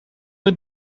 dit